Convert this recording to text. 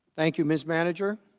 thank you miss manager